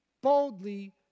boldly